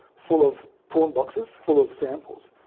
full of prawn boxes, full of samples,